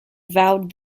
vowed